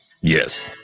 Yes